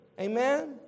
Amen